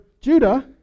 Judah